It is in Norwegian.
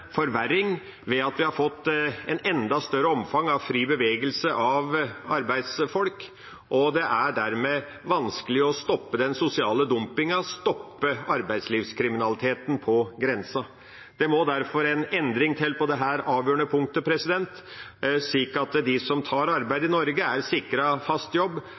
forverring ved at vi har fått et enda større omfang av fri bevegelse av arbeidsfolk. Det er dermed vanskelig å stoppe den sosiale dumpingen, stoppe arbeidslivskriminaliteten på grensen. Det må derfor en endring til på dette avgjørende punktet, slik at de som tar arbeid i Norge, er sikret fast jobb